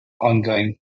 ongoing